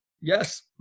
yes